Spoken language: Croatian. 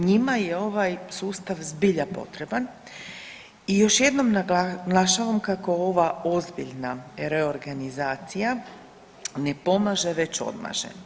Njima je ovaj sustav zbilja potreban i još jednom naglašavam kako ova ozbiljna reorganizacija ne pomaže već odmaže.